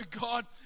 God